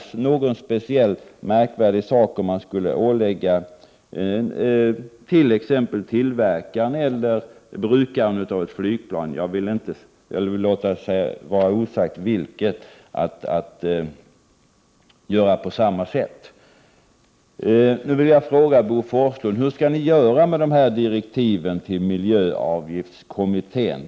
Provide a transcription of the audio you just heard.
Det är inte speciellt märkvärdigt att ålägga t.ex. tillverkaren eller brukaren av ett flygplan — jag vill låta vara osagt vem utav dem — att göra på samma sätt. Nu vill jag ställa en fråga till Bo Forslund: Hur skall ni göra med direktiven till miljöavgiftskommittén?